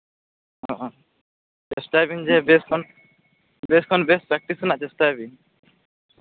ᱦᱮᱸ ᱪᱮᱥᱴᱟᱭᱵᱤᱱ ᱡᱮ ᱵᱮᱥ ᱠᱷᱚᱱ ᱵᱮᱥ ᱯᱨᱮᱠᱴᱤᱥ ᱨᱮᱭᱟᱜ ᱪᱮᱥᱴᱟᱭ ᱵᱤᱱ